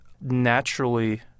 naturally